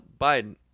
Biden